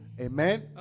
amen